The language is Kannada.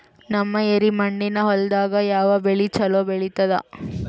ನಮ್ಮ ಎರೆಮಣ್ಣಿನ ಹೊಲದಾಗ ಯಾವ ಬೆಳಿ ಚಲೋ ಬೆಳಿತದ?